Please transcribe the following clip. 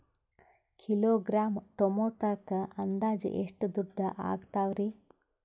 Kilogram ಟೊಮೆಟೊಕ್ಕ ಅಂದಾಜ್ ಎಷ್ಟ ದುಡ್ಡ ಅಗತವರಿ?